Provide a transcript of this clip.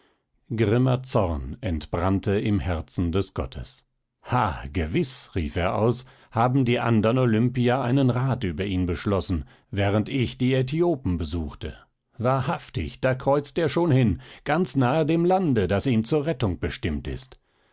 grimmer zorn entbrannte im herzen des gottes ha gewiß rief er aus haben die andern olympier einen rat über ihn beschlossen während ich die äthiopen besuchte wahrhaftig da kreuzt er schon hin ganz nahe dem lande das ihm zur rettung bestimmt ist